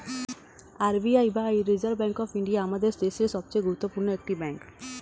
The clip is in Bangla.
আর বি আই বা রিজার্ভ ব্যাঙ্ক অফ ইন্ডিয়া আমাদের দেশের সবচেয়ে গুরুত্বপূর্ণ একটি ব্যাঙ্ক